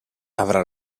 avrà